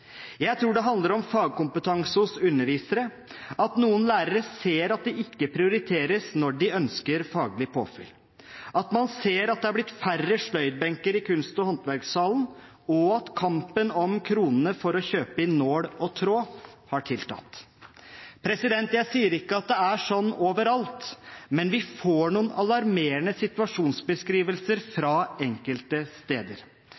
Jeg tror det handler om fagkompetanse hos undervisere, at noen lærere ser at det ikke prioriteres når de ønsker faglig påfyll, at man ser at det er blitt færre sløydbenker i kunst- og håndverkssalen, og at kampen om kronene for å kjøpe inn nål og tråd har tiltatt. Jeg sier ikke at det er sånn overalt, men vi får noen alarmerende situasjonsbeskrivelser fra enkelte steder.